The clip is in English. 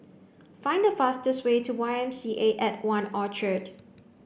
find the fastest way to Y M C A at One Orchard